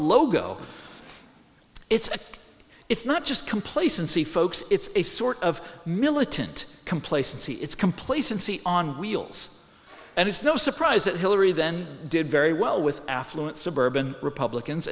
logo it's a it's not just complacency folks it's a sort of militant complacency it's complacency on wheels and it's no surprise that hillary then did very well with affluent suburban republicans